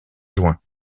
juin